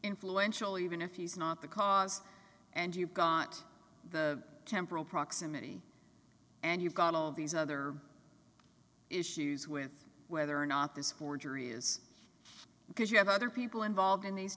influential even if he's not the cause and you've got the temporal proximity and you've got all these other issues with whether or not this forgery is because you have other people involved in these